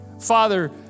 Father